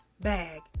bag